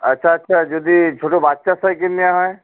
আচ্ছা আচ্ছা যদি ছোটো বাচ্চার সাইকেল নেয়া হয়